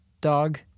dog